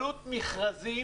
עלות מכרזים